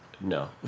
No